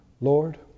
Lord